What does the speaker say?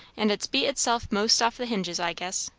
and it's beat itself most off the hinges, i guess.